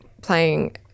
Playing